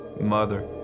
mother